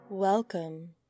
Welcome